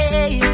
Hey